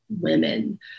women